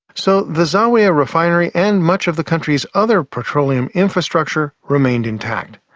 so the zawiya refinery and much of the country's other petroleum infrastructure remained intact.